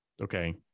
okay